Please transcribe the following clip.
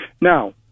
Now